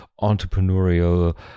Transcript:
entrepreneurial